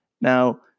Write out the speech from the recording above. Now